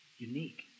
unique